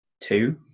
two